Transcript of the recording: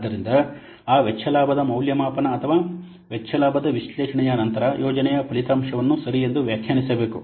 ಆದ್ದರಿಂದ ಆ ವೆಚ್ಚ ಲಾಭದ ಮೌಲ್ಯಮಾಪನ ಅಥವಾ ವೆಚ್ಚ ಲಾಭದ ವಿಶ್ಲೇಷಣೆಯ ನಂತರ ಯೋಜನೆಯ ಫಲಿತಾಂಶವನ್ನು ಸರಿ ಎಂದು ವ್ಯಾಖ್ಯಾನಿಸಬೇಕು